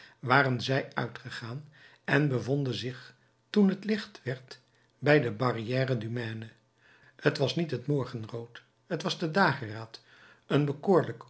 waren zij uitgegaan en bevonden zich toen t licht werd bij de barrière du maine t was niet het morgenrood t was de dageraad een bekoorlijk